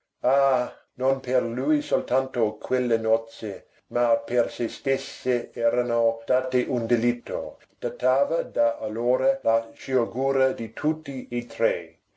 ah non per lui soltanto quelle nozze ma per se stesse erano state un delitto datava da allora la sciagura di tutti e tre